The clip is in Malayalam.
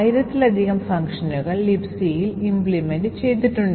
ആയിരത്തിലധികം ഫംഗ്ഷനുകൾ ലിബ്സിയിൽ implement ചെയ്തിട്ടുണ്ട്